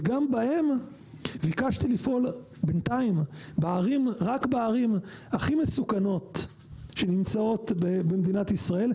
וגם בהם ביקשתי לפעול רק בערים הכי מסוכנות במדינת ישראל.